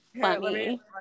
funny